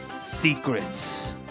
Secrets